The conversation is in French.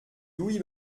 louis